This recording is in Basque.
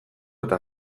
eta